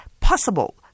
possible